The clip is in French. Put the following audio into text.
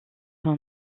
son